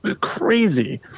crazy